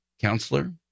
counselor